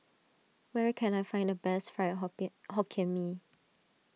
where can I find the best Fried Hokkien Mee